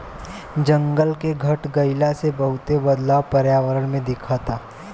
जंगल के घट गइला से बहुते बदलाव पर्यावरण में दिखता